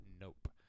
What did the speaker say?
Nope